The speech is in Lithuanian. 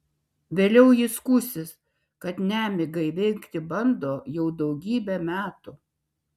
vėliau ji skųsis kad nemigą įveikti bando jau daugybę metų